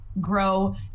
grow